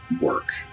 work